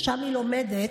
שם היא לומדת,